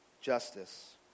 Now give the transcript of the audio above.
justice